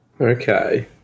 Okay